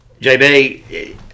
JB